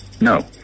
No